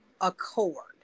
accord